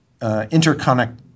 interconnect